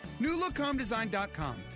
newlookhomedesign.com